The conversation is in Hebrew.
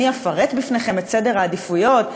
אני אפרט בפניכם את סדר העדיפויות,